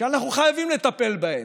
שאנחנו חייבים לטפל בהם,